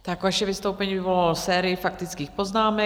Tak vaše vystoupení vyvolalo sérii faktických poznámek.